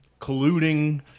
colluding